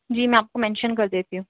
جی میں آپ کو مینشن کر دیتی ہوں